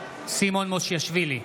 סימון מושיאשוילי,